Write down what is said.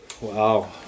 Wow